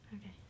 Okay